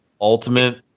ultimate